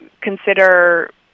consider